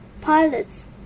Pilots